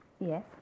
yes